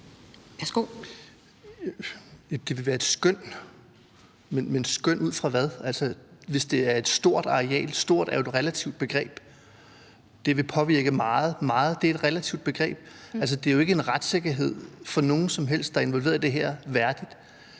Det vil være et skøn, men et skøn ud fra hvad? Hvis det er et stort areal – »stort« er jo et relativt begreb. Det vil påvirke meget – »meget« er et relativt begreb. Det er jo ikke i forhold til retssikkerhed værdigt for nogen som helst, der er involveret i det her.